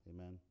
Amen